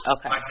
Okay